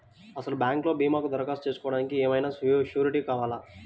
అసలు బ్యాంక్లో భీమాకు దరఖాస్తు చేసుకోవడానికి ఏమయినా సూరీటీ కావాలా?